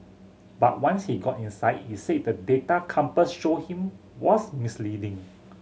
but once he got inside he said the data Compass showed him was misleading